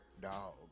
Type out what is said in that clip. dog